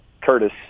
Curtis